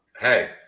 Hey